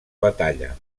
batalla